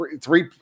three